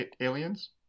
aliens